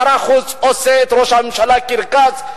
שר החוץ עושה את ראש הממשלה קרקס.